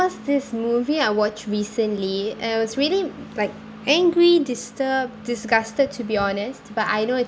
was this movie I watched recently and I was really like angry disturb disgusted to be honest but I know it's